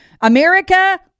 America